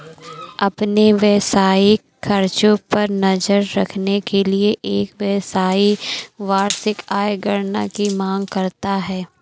अपने व्यावसायिक खर्चों पर नज़र रखने के लिए, एक व्यवसायी वार्षिक आय गणना की मांग करता है